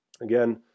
Again